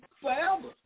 forever